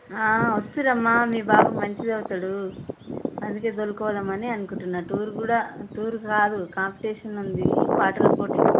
వస్తుర్రమ్మ మీ బాబు మంచిగా చదువుతాడు అందుకు తీసుకుపోదాం అని అనుకుంటున్నాను టూర్ కూడా టూర్ కాదు కాంపిటీషన్ ఉంది పాటల పోటీ